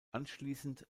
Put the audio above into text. anschliessend